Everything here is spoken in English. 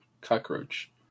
cockroach